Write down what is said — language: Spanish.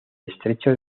estrecho